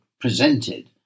presented